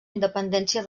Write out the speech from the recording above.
independència